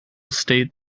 state